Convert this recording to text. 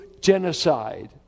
genocide